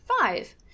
five